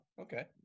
okay